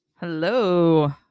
Hello